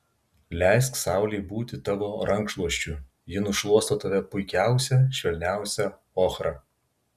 leisk saulei būti tavo rankšluosčiu ji nušluosto tave puikiausia švelniausia ochra